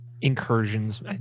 incursions